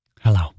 Hello